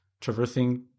traversing